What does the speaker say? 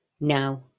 Now